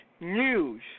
news